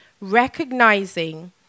recognizing